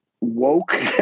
woke